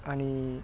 आणि